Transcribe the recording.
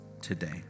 today